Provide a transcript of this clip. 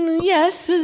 yes,